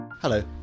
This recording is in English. Hello